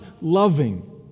loving